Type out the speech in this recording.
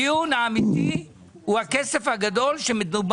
הדיון האמיתי הוא על האפליה